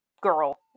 girl